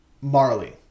Marley